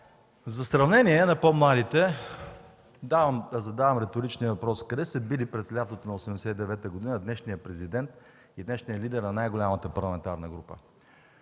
за сравнение на по-младите задавам реторичния въпрос: къде са били през лятото на 1989 г. днешният президент и днешният лидер на най-голямата парламентарна група?